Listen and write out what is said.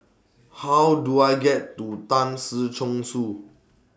How Do I get to Tan Si Chong Su